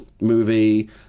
movie